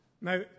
Now